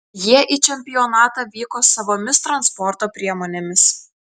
jie į čempionatą vyko savomis transporto priemonėmis